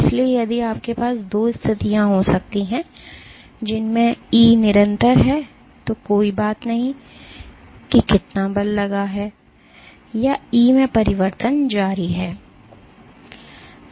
इसलिए यदि आपके पास दो स्थितियां हो सकती हैं जिनमें E निरंतर है तो कोई बात नहीं है कि कितना बल लगा है या E में परिवर्तन जारी है